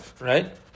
right